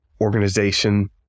organization